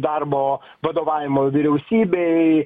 darbo vadovavimo vyriausybei